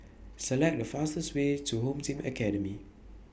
Select The fastest Way to Home Team Academy